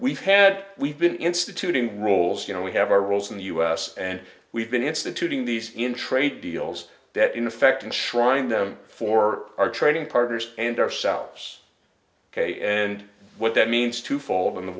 we've had we've been instituting rules you know we have our rules in the u s and we've been instituting these in trade deals that in effect in shrine them for our trading partners and ourselves ok and what that means to fall in the